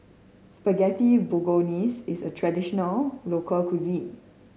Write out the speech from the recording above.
Spaghetti Bolognese is a traditional local cuisine